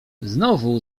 znowu